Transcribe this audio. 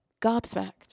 Gobsmacked